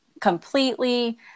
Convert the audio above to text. completely